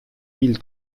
mille